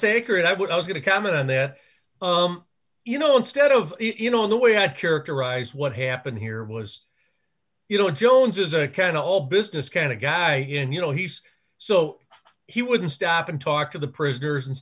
sacred i was going to comment on that you know instead of you know the way i'd characterize what happened here was you know jones is a kind of all business kind of guy and you know he's so he wouldn't stop and talk to the prisoners and